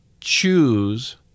choose